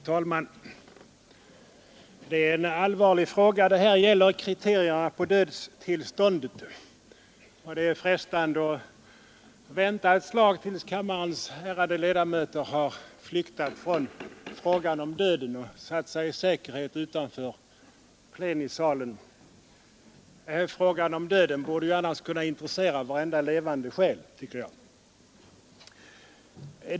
Fru talman! Det gäller här en allvarlig fråga, nämligen kriterierna på dödstillståndet. Det vore frestande att vänta ett slag tills kammarens ärade ledamöter har flyktat från frågan om döden och satt sig i säkerhet utanför plenisalen. Frågan om döden borde annars kunna intressera varje levande själ, tycker jag.